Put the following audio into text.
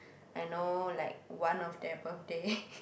I know like one of their birthday